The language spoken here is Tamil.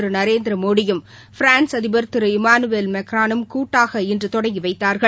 திரு நரேந்திர மோடியும் பிரான்ஸ் அதிபர் திரு இமானுவேல் மெக்ரானும் கூட்டாக இன்று தொடங்கி வைத்தார்கள்